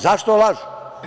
Zašto lažu?